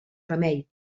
remei